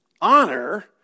honor